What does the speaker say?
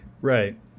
Right